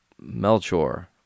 Melchor